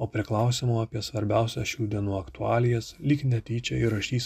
o prie klausimo apie svarbiausią šių dienų aktualijas lyg netyčia įrašys